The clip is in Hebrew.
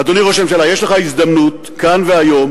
אדוני ראש הממשלה, יש לך הזדמנות, כאן והיום,